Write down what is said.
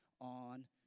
on